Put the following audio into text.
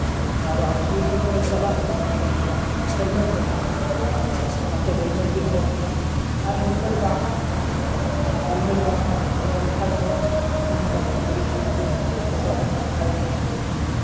ᱚᱱᱟᱫᱚ ᱟᱢ ᱥᱩᱨ ᱥᱩᱯᱩᱨᱮᱢ ᱪᱟᱞᱟᱜ ᱥᱮ ᱥᱟᱹᱜᱤᱧ ᱮᱢ ᱪᱟᱞᱟᱜ ᱦᱮᱞᱢᱮᱴ ᱫᱚ ᱮᱠᱟᱞ ᱛᱮᱜᱮ ᱦᱚᱨᱚᱜ ᱦᱩᱭᱩᱜᱼᱟ ᱚᱱᱟᱛᱮ ᱦ ᱮᱞᱢᱮᱴ ᱫᱩᱧ ᱦᱚᱨᱚᱜ ᱜᱮᱭᱟ ᱟᱨ ᱦᱮᱞᱢᱮᱴ ᱵᱟᱝ ᱦᱚᱨᱚᱜ ᱢᱟᱱᱮ ᱦᱮᱞᱢᱮᱴ ᱵᱟᱝ ᱦᱚᱨᱚᱜ ᱞᱮᱠᱷᱟᱡ ᱦᱚᱸ ᱛᱤᱦᱤᱧ ᱜᱟᱯᱟ ᱯᱩᱞᱤᱥ ᱠᱚᱠᱚ ᱥᱟᱥᱟᱯ ᱠᱟᱱᱟ ᱯᱷᱟᱭᱤᱱ ᱠᱟᱱᱟ ᱠᱚ